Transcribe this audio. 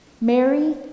Mary